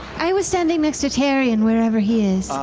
i was standing next to taryon, wherever he is.